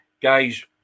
Guys